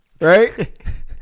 right